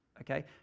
Okay